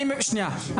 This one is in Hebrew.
אני מבין.